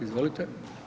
Izvolite.